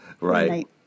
right